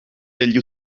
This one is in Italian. degli